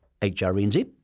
HRNZ